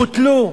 בוטלו.